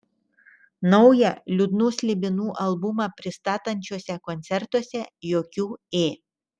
naują liūdnų slibinų albumą pristatančiuose koncertuose jokių ė